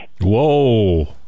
Whoa